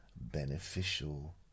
beneficial